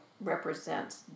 represents